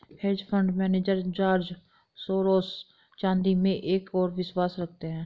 hedge fund manager George Soros चांदी में एक और विश्वास रखते हैं